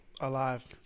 alive